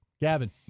Gavin